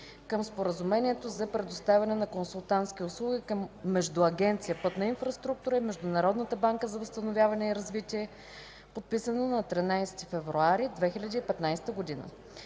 към Споразумението за предоставяне на консултантски услуги между Агенция „Пътна инфраструктура” и Международната банка за възстановяване и развитие, подписано на 13 февруари 2015 г.